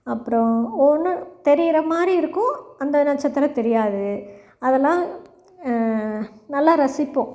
அப்புறம் ஒவ்வொன்னு தெரியுற மாதிரி இருக்கும் அந்த நட்சத்திரம் தெரியாது அதெலாம் நல்லா ரசிப்போம்